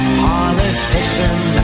politician